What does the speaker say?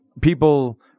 people